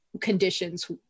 conditions